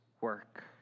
work